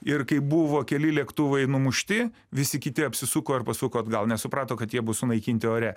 ir kai buvo keli lėktuvai numušti visi kiti apsisuko ir pasuko atgal nes suprato kad jie bus sunaikinti ore